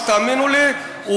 שתאמינו לי,